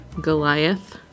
Goliath